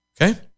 Okay